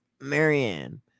Marianne